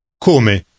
Come